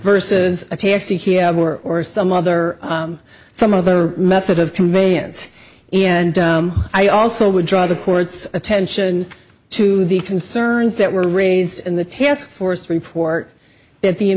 versus a taxi or some other some other method of conveyance and i also would draw the court's attention to the concerns that were raised in the task force report that the